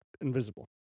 invisible